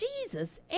jesus